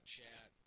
chat